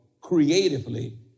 creatively